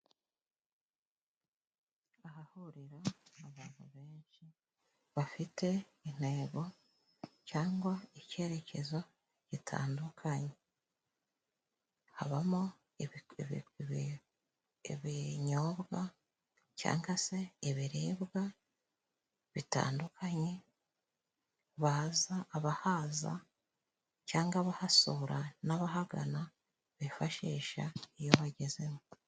ahahurira abantu benshi bafite intego cyangwa icyerekezo gitandukanye habamo ibi ibyobwa cyangwa se ibiribwa bitandukanye baza abahaza cyangwa abahasura n'abahagana bifashisha iyo bagezemo